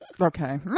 okay